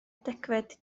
degfed